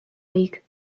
week